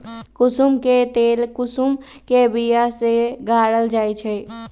कुशुम के तेल कुशुम के बिया से गारल जाइ छइ